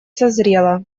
созрело